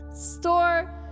Store